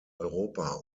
europa